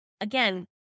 again